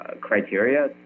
criteria